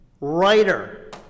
writer